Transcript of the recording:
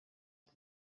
ati